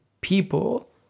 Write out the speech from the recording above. people